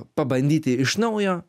pabandyti iš naujo